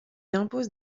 impose